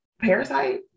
parasite